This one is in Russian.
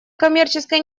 коммерческой